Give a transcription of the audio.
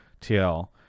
TL